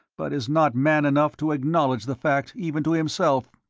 but is not man enough to acknowledge the fact even to himself.